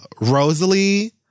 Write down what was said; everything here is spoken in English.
Rosalie